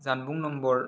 जानबुं नम्बर